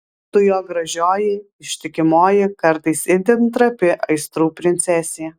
tu jo gražioji ištikimoji kartais itin trapi aistrų princesė